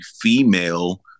female